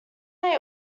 may